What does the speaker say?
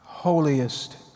holiest